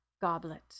goblet